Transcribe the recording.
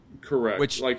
Correct